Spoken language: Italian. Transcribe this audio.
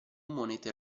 monete